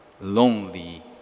lonely